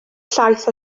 llaeth